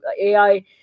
AI